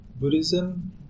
Buddhism